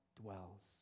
dwells